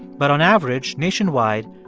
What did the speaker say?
but on average nationwide,